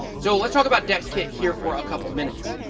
so let's talk about dexkit here for a couple of minutes.